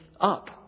up